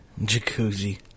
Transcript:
Jacuzzi